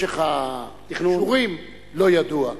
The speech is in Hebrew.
משך האישורים לא ידוע.